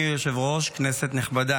54 בעד, 18 מתנגדים.